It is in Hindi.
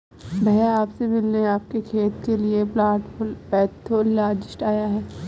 भैया आप से मिलने आपके खेत के लिए प्लांट पैथोलॉजिस्ट आया है